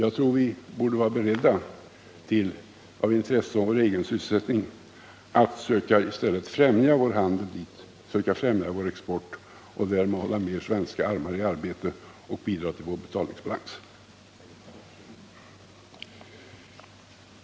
Av omsorg om vår egen sysselsättning borde vi vara beredda att i stället söka främja vår handel och vår export dit — för att därmed hålla fler svenska armar i arbete och bidra till vår betalningsbalans.